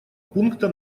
пункта